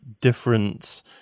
different